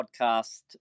podcast